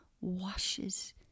washes